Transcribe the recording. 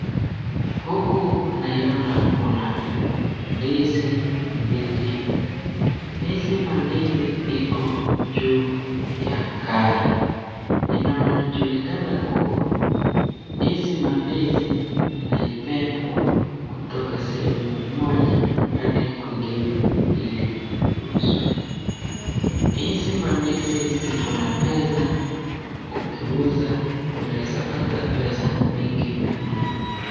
Huku naiona kuna ndizi mbichi, hizi mandizi iko juu ya gari, inajulikana kuwa hizi mandizi imebebwa kutoka sehemu moja hadi kwingine ili kuuzawa., hizi mandizi ziko na pesa ukiuza unaweza pata pesa nyingi mno.